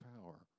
power